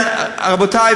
רבותי,